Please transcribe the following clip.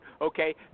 okay